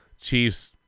Chiefs